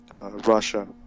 Russia